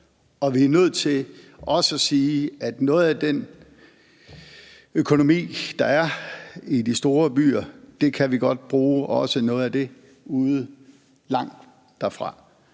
er også nødt til at sige, at den økonomi, der er i de store byer, kan vi godt bruge noget af også ude langt derfra.